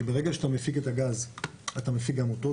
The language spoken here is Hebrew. שברגע שאתה מפיק את הגז אתה מפיק גם אותו,